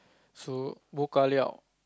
so